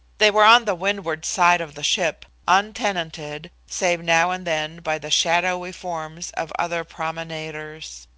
they were on the windward side of the ship, untenanted save now and then by the shadowy forms of other promenaders.